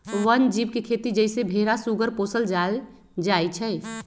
वन जीव के खेती जइसे भेरा सूगर पोशल जायल जाइ छइ